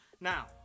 Now